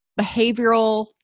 behavioral